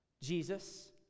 Jesus